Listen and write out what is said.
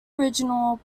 original